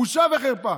בושה וחרפה.